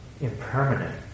impermanent